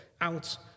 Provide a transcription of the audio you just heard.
out